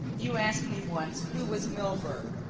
you asked me once who was milburgh.